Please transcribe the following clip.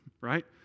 right